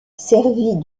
servit